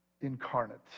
incarnate